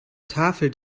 tafel